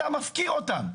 אתה מפקיר אותם.